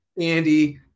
Andy –